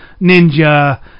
ninja